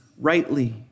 rightly